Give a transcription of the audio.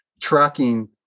tracking